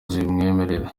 zimwemerera